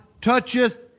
toucheth